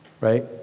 right